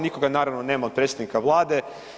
Nikoga naravno nema od predstavnika Vlade.